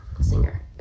singer